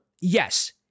yes